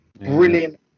brilliant